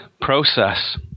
process